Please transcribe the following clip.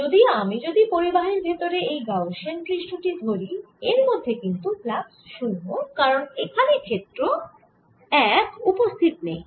যদিও আমি যদি পরিবাহীর ভেতরে এই গাউসিয়ান পৃষ্ঠ টি ধরি এর মধ্যে কিন্তু ফ্লাক্স 0 কারণ এখানে ক্ষেত্র 1 উপস্থিত নেই